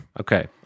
Okay